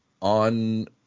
On